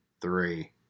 three